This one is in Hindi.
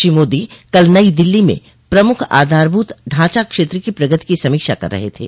श्री मोदी कल नई दिल्ली में प्रमुख आधारभूत ढांचा क्षेत्र की प्रगति की समीक्षा कर रहे थे